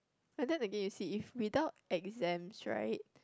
and then again you see if without exams right